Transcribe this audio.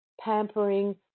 pampering